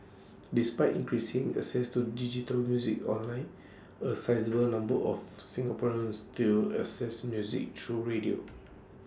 despite increasing access to digital music online A sizeable number of Singaporeans still access music through radio